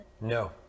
No